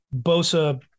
Bosa